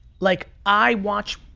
like, i watched,